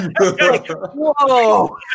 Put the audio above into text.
Whoa